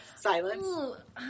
silence